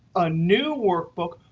a new workbook.